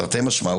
תרתי משמע,